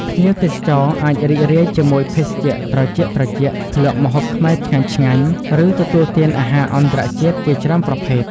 ភ្ញៀវទេសចរអាចរីករាយជាមួយភេសជ្ជៈត្រជាក់ៗ ភ្លក្សម្ហូបខ្មែរឆ្ងាញ់ៗ ឬទទួលទានអាហារអន្តរជាតិជាច្រើនប្រភេទ។